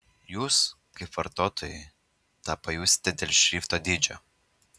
jūs kaip vartotojai tą pajusite dėl šrifto dydžio